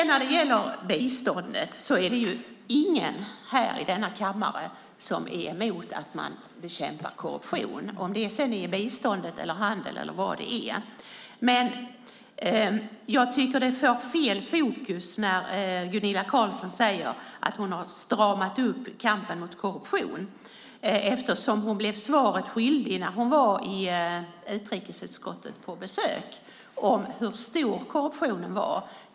När det gäller biståndet är det ingen i denna kammare som är emot att man bekämpar korruption, om det sedan är i biståndet, i handeln eller vad det är. Det får dock fel fokus när Gunilla Carlsson säger att hon har stramat upp kampen mot korruption eftersom hon när hon var i utrikesutskottet på besök blev svaret skyldig om hur stor korruptionen är.